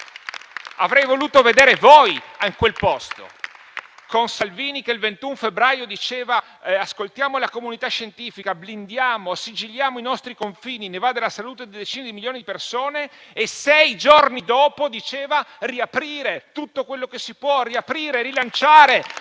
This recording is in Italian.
Avrei voluto vedere voi in quel posto, con Salvini che il 21 febbraio diceva: ascoltiamo la comunità scientifica, blindiamo, sigilliamo i nostri confini, ne va della salute di decine di milioni di persone e sei giorni dopo diceva di riaprire tutto quello che si poteva riaprire, di rilanciare,